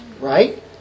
Right